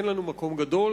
אין לנו מקום גדול.